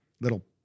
little